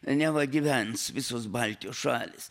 neva gyvens visos baltijos šalys